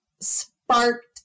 sparked